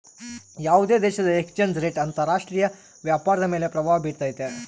ಯಾವುದೇ ದೇಶದ exchange rate ಅಂತರ ರಾಷ್ಟ್ರೀಯ ವ್ಯಾಪಾರದ ಮೇಲೆ ಪ್ರಭಾವ ಬಿರ್ತೈತೆ